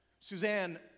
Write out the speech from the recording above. Suzanne